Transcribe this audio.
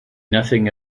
nothing